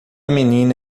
menina